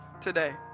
today